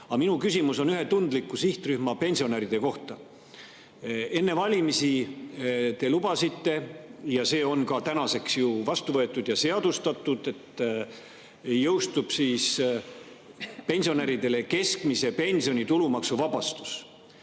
Minu küsimus on ühe tundliku sihtrühma, pensionäride kohta. Enne valimisi te lubasite – see on tänaseks ka vastu võetud ja seadustatud –, et jõustub pensionäridele keskmise pensioni tulumaksuvabastus.